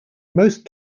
most